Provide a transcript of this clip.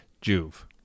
Juve